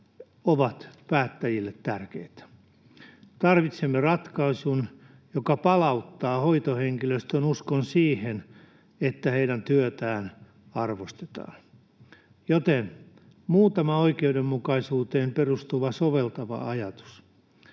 ovat päättäjille tärkeitä. Tarvitsemme ratkaisun, joka palauttaa hoitohenkilöstön uskon siihen, että heidän työtään arvostetaan. Joten muutama oikeudenmukaisuuteen perustuva soveltava ajatus: